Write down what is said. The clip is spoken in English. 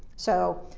so,